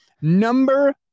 Number